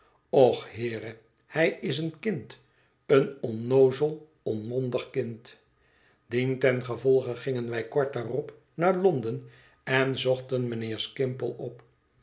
och heere hij is een kind een onnoozel onmondig kind dientengevolge gingen wij kort daarop naar londen en zochten mijnheer skimpole op